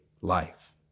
life